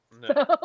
No